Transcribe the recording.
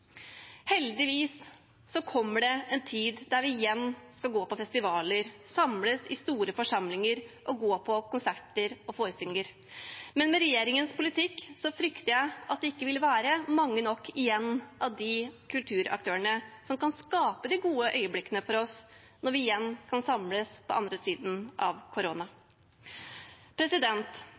Heldigvis kommer det en tid da vi igjen skal gå på festivaler, samles i store forsamlinger og gå på konserter og forestillinger. Men med regjeringens politikk frykter jeg at det ikke vil være mange nok igjen av kulturaktørene som kan skape de gode øyeblikkene for oss når vi igjen kan samles på andre siden av